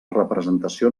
representació